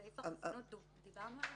על סעיף החסינות דיברנו?